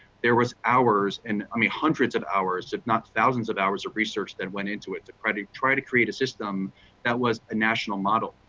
there was ours, and i mean hundreds of hours, if not thousands of hours of research that went into it, to try to create a system that was a national model.